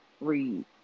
read